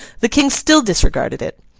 the king still disregarded it.